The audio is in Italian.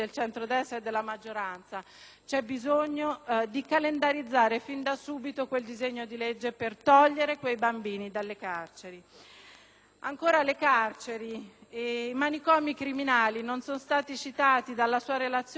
C'è bisogno di calendarizzare fin da subito quel disegno di legge per togliere i bambini dalle carceri. Sempre in tema di sistema carcerario, i manicomi criminali non sono stati citati dalla sua relazione, però ci tengo a farlo io.